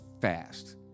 fast